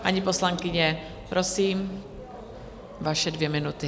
Paní poslankyně, prosím, vaše dvě minuty.